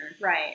Right